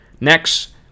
Next